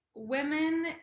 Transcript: women